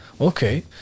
Okay